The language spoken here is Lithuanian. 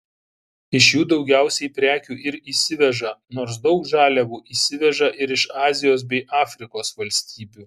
iš jų daugiausiai prekių ir įsiveža nors daug žaliavų įsiveža ir iš azijos bei afrikos valstybių